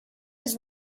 his